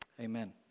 Amen